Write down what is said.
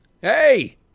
Hey